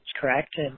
correct